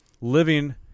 living